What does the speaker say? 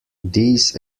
these